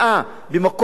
ממקום רע,